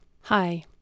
Hi